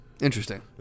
Interesting